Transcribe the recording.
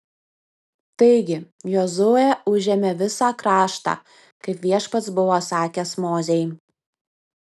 taigi jozuė užėmė visą kraštą kaip viešpats buvo sakęs mozei